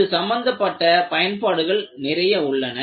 இது சம்பந்தப்பட்ட பயன்பாடுகள் நிறைய உள்ளன